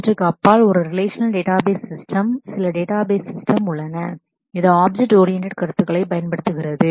இவற்றுக்கு அப்பால் ஒரு ரிலேஷனல் டேட்டாபேஸ் சிஸ்டம் சில டேட்டாபேஸ் சிஸ்டம் உள்ளன இது ஆப்ஜெக்ட் ஓரியன்டேட் கருத்துக்களைப் பயன்படுத்துகிறது